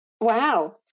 Wow